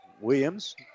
Williams